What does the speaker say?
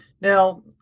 Now